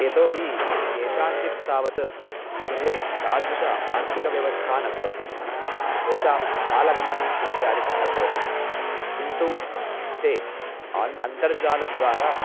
यतोहि केषाञ्चित् तावत् गृहे तादृशी आर्थिकव्यवस्था न भवति तेषां शालागमनम् इत्यादिकं न भवति किन्तु ते आन् अन्तर्जालद्वारा